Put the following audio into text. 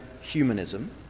humanism